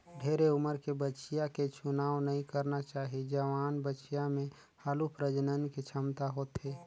ढेरे उमर के बछिया के चुनाव नइ करना चाही, जवान बछिया में हालु प्रजनन के छमता होथे